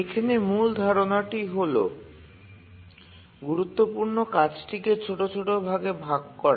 এখানে মূল ধারণাটি হল গুরুত্বপূর্ণ কাজটিকে ছোট ছোট ভাগে ভাগ করা